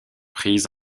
prises